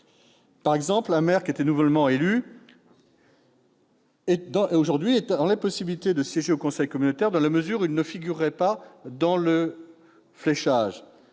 Par exemple, un maire nouvellement élu est dans l'impossibilité de siéger au conseil communautaire dans la mesure où il ne figurait pas dans le fléchage.